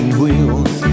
wheels